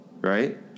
right